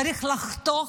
צריך לחתוך,